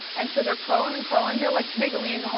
and so they're curling and curling. they're like, mablean,